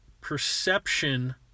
perception